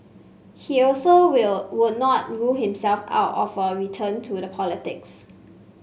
he also will would not rule himself out of a return to the politics